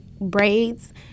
braids